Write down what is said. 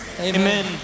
Amen